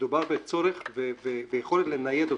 מדובר בצורך וביכולת לנייד אוטובוסים.